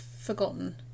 forgotten